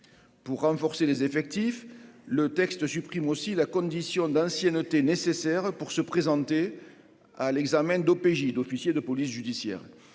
pour renforcer les effectifs, le texte supprime aussi la condition d'ancienneté nécessaires pour se présenter à l'examen d'OPJ d'officiers de police judiciaire,